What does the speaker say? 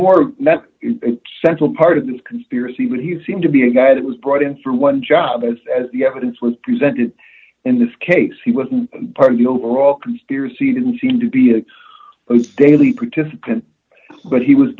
more central part of this conspiracy but he seemed to be a guy that was brought in for one job as as the evidence was presented in this case he wasn't part of the overall conspiracy didn't seem to be a daily participant but he was